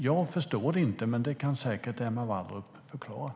Jag förstår det inte, men det kan Emma Wallrup säkert förklara.